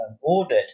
ordered